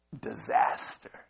disaster